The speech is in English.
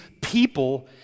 people